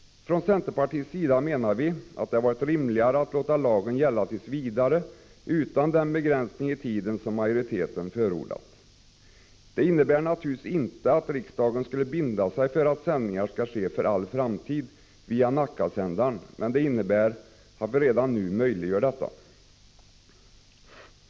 Från centerpartiets sida menar vi att det hade varit rimligare att låta lagen gälla tills vidare utan den begränsning i tiden som majoriteten förordat. Det innebär naturligtvis inte att riksdagen skulle binda sig för att sändningar för all framtid skall ske via Nackasändaren, men det innebär att vi redan nu möjliggör sådana.